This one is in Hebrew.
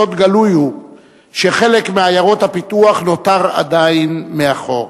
סוד גלוי הוא שחלק מעיירות הפיתוח נותר עדיין מאחור.